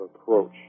approach